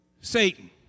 Satan